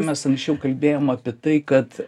mes anksčiau kalbėjom apie tai kad